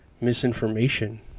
misinformation